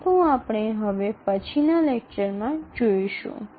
তবে এটি আমরা পরবর্তী বক্তৃতায় দেখব